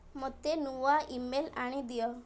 ମୋତେ ନୂଆ ଇମେଲ୍ ଆଣିଦିଅ